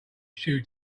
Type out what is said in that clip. stew